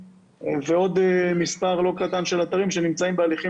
ועוד מספר לא קטן של אתרים שנמצאים בהליכים